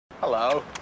Hello